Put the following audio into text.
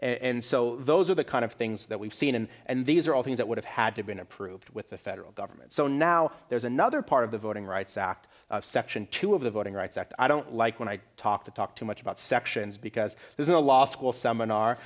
counties and so those are the kind of things that we've seen and and these are all things that would have had to been approved with the federal government so now there's another part of the voting rights act section two of the voting rights act i don't like when i talk to talk too much about sections because there's a law school seminar